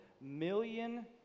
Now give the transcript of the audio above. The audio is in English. million